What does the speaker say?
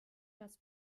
das